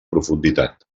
profunditat